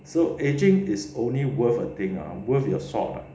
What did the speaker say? so aging is only worth a thing ah worth your sword ah